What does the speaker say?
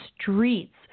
streets